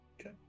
Okay